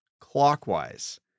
clockwise